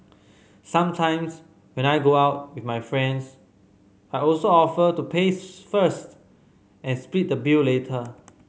sometimes when I go out with my friends I also offer to pay first and split the bill later